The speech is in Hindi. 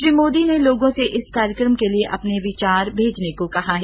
श्री मोदी ने लोगों से इस कार्यक्रम के लिए अपने विचार भेजने को कहा है